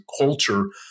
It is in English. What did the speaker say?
culture